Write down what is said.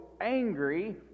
angry